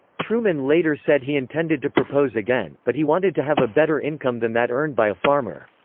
truman later said he intended to propose again, but he wanted to have a better income than that earned by a farmer.